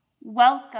Welcome